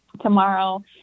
Tomorrow